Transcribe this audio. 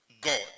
God